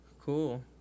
Cool